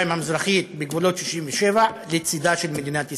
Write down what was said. המזרחית בגבולות 67' לצידה של מדינת ישראל.